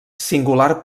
singular